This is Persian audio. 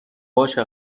باشه